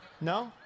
No